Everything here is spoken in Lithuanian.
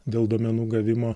dėl duomenų gavimo